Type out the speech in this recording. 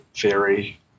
theory